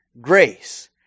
grace